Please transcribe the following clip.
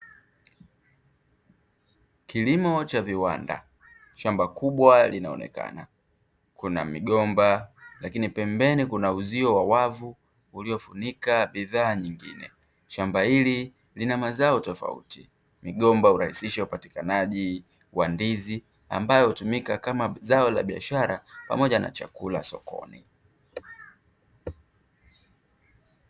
Kilimo cha viwanda shamba kubwa linaonekana kuna migomba, lakini pembeni kuna uzio wa wavu uliofunika bidhaa nyingine shamba hili lina mazao tofauti migomba hurahishisha upatikanaji wa ndizi ambayo hutumika kama zao la biashara pamoja na chakula sokoni.